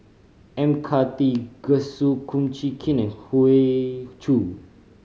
M Karthigesu Kum Chee Kin and Hoey Choo